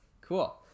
Cool